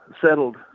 settled